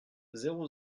zéro